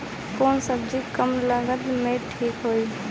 कौन सबजी कम लागत मे ठिक होई?